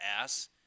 ass